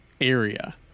area